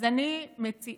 אז אני מציעה